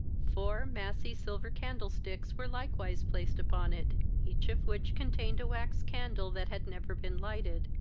four massy silver candlesticks were likewise placed upon it, each of which contained a wax-candle, that had never been lighted,